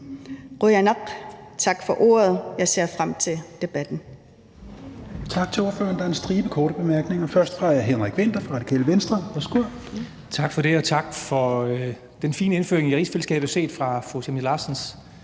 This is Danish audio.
Qujanaq. Tak for ordet. Jeg ser frem til debatten.